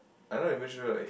I not even sure like